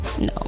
no